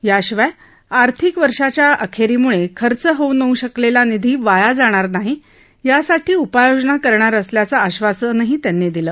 याशिवाय आर्थिक वर्षाच्या अखेरीमुळे खर्च होऊ न शकलेला निधी वाया जाणार नाही यासाठी उपाययोजना करणार असल्याचे आश्वासनही त्यांनी दिले